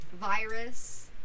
virus